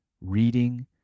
reading